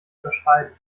überschreiben